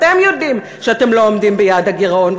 אתם יודעים שאתם לא עומדים ביעד הגירעון,